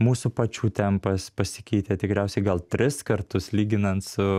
mūsų pačių tempas pasikeitė tikriausiai gal tris kartus lyginant su